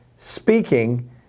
speaking